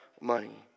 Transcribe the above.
money